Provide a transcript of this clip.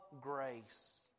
grace